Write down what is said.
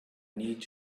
need